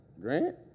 Grant